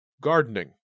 Gardening